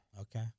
Okay